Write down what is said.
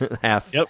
Half